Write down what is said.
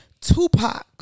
Tupac